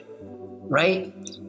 Right